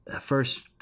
first